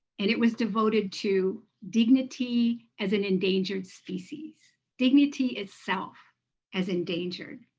and it was devoted to dignity as an endangered species, dignity itself as endangered.